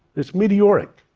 it's meteoric.